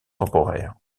temporaires